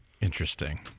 interesting